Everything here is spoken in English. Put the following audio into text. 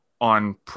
on